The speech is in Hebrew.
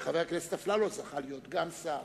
וחבר הכנסת אפללו זכה להיות גם שר